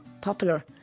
popular